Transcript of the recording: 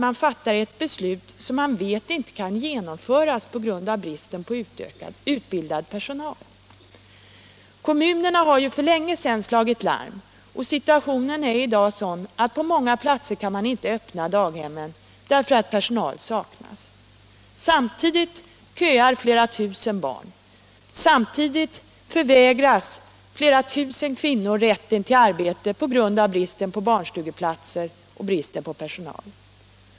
Redan i oktober påpekade vi det absurda i att fatta ett beslut som man vet inte kan genomföras på grund av bristen på utbildad personal. Kommunerna har ju för länge sedan slagit larm, och situationen är i dag sådan att man på många platser inte kan öppna daghemmen på grund av att personal saknas. Samtidigt köar flera tusen barn och flera tusen kvinnor förvägras rätten till arbete på grund av bristen på barnstugeplatser och bristen på personal.